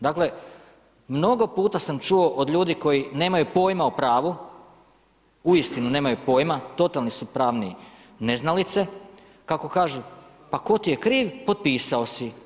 Dakle mnogo puta sam čuo od ljudi koji nemaju pojma o pravu, uistinu nemaju pojma totalni su pravni neznalice kako kažu, pa tko ti je kriv potpisao si.